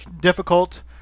difficult